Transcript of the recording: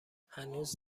هنوز